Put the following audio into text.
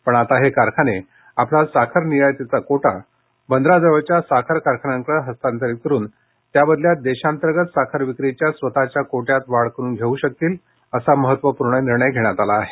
पण आता हे कारखाने आपला साखर निर्यातीचा कोटा बंदराजवळच्या साखर कारखान्यांकडे हस्तांतरित करुन त्याबदल्यात देशांतर्गत साखर विक्रीच्या स्वतःच्या कोट्यात वाढ करून घेऊ शकतील असा महत्वपूर्ण निर्णय घेतला आहे